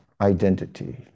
identity